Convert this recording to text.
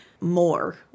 more